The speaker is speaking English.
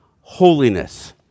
holiness